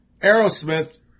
Aerosmith